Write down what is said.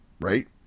right